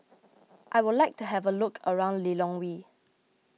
I would like to have a look around Lilongwe